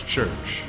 Church